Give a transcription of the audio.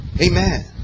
Amen